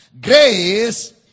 grace